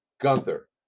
Gunther